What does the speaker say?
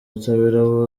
butabera